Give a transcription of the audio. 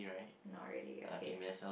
not really okay